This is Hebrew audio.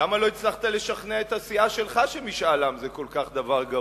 למה לא הצלחת לשכנע את הסיעה שלך שמשאל עם זה דבר כל כך גרוע.